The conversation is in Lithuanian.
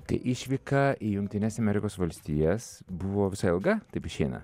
tai išvyka į jungtines amerikos valstijas buvo visai ilga taip išeina